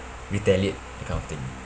retaliate that kind of thing